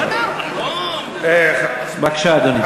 בסדר, אנחנו לא, בבקשה, אדוני.